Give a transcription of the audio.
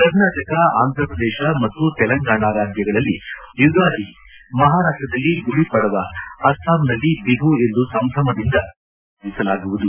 ಕರ್ನಾಟಕ ಆಂಧ್ರಪ್ರದೇಶ ಮತ್ತು ತೆಲಂಗಾಣಾ ರಾಜ್ಯಗಳಲ್ಲಿ ಯುಗಾದಿ ಮಹಾರಾಷ್ಟದಲ್ಲಿ ಗುಡಿ ಪಡವಾ ಅಸ್ಸಾಂನಲ್ಲಿ ಬಿಹು ಎಂದು ಸಂಭ್ರಮದಿಂದ ಈ ಪಭ್ವವನ್ನು ಆಚರಿಸಲಾಗುವುದು